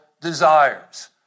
desires